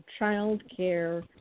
childcare